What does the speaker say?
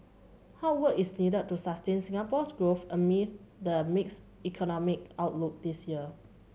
hard work is needed to sustain Singapore's growth amid the mixed economic outlook this year